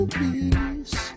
peace